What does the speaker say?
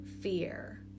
fear